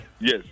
Yes